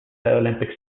olympic